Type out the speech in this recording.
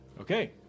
Okay